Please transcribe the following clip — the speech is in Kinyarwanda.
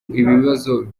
ibibazo